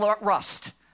rust